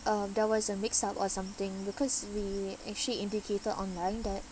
um there was a mix up or something because we actually indicated online that